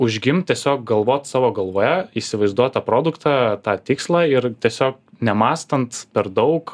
užgimt tiesiog galvot savo galvoje įsivaizduot tą produktą tą tikslą ir tiesiog nemąstant per daug